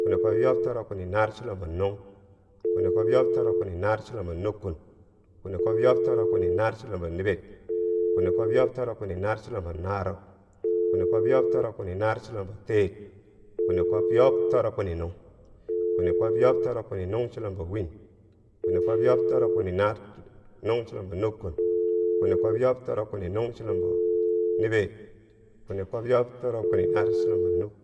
kwini kwob yob toro kwini naar chulumbo nung, kwini kwo yob toro kwini naar chulumbo nukkun, kwini kwo yob toro kwini naar chulumbo niber. kwini kwob yob toro kwini naar chulumbo narub, kwini kwob yob toro kwini naar chulumbo teer, kwini kwob yob toro kwini nung, kwini kwob yob toro kwini nung chulumbo win, kwini kwob yob toro kwini nung chulumbo nukkun, kwini kwob yob toro kwini nung chulumbo niber, kwini kwob yob toro kwini naar chulumbo nukk-,